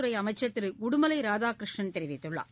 துறை அமைச்சர் திரு உடுமலை ராதாகிருஷ்ணன் தெரிவித்துள்ளார்